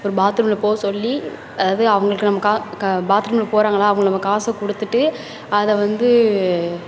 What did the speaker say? ஒரு பாத்ரூமில் போ சொல்லி அதாவது அவர்களுக்கு நம்ம க க பாத்ரூமில் போகிறாங்களா அவங்களுக்கு நம்ம காசை கொடுத்துட்டு அதை வந்து